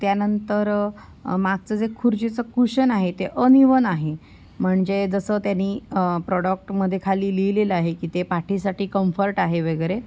त्यानंतर मागचं जे खुर्चीचं कुशन आहे ते अनइव्हन आहे म्हणजे जसं त्यांनी प्रॉडक्टमध्ये खाली लिहिलेलं आहे की ते पाठीसाठी कम्फर्ट आहे वगैरे